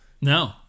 No